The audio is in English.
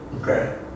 Okay